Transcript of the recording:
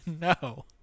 No